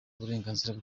uburenganzira